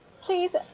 Please